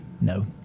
No